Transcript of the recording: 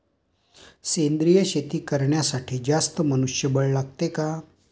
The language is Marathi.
सेंद्रिय शेती करण्यासाठी जास्त मनुष्यबळ लागते का?